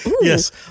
Yes